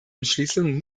entschließung